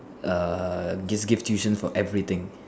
err give give tuition for everything